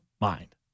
mind